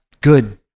good